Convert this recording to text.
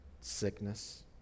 sickness